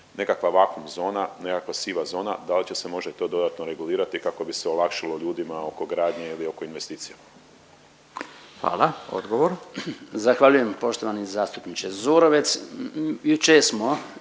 nekakva vakum zona, nekakva siva zona, da li se to može dodatno regulirati kako bi se olakšalo ljudima oko gradnje ili oko investicija? **Radin, Furio (Nezavisni)** Hvala.